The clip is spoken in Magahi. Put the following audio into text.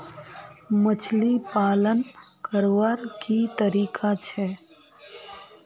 मछली पालन करवार की तरीका छे?